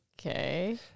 Okay